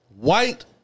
White